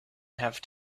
have